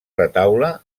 retaule